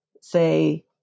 say